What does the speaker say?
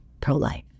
pro-life